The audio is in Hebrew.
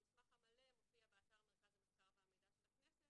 המסמך המלא מופיע באתר מרכז המחקר והמידע של הכנסת